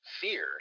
fear